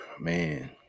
man